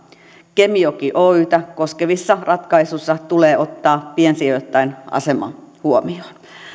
kemijoki oytä koskevissa ratkaisuissa tulee ottaa piensijoittajien asema huomioon